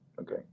okay